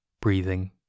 breathing